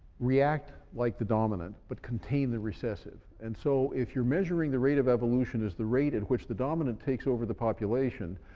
react like the dominant, but contain the recessive. and so if you're measuring the rate of evolution as the rate at which the dominant takes over the population,